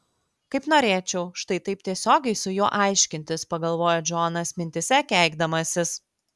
kaip norėčiau štai taip tiesiogiai su juo aiškintis pagalvojo džonas mintyse keikdamasis